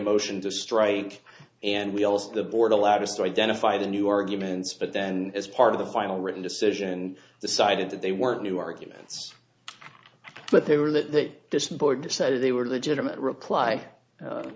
motion to strike and wheels the board allowed us to identify the new arguments but then as part of the final written decision and decided that they weren't new arguments but they were that this board decided they were legitimate reply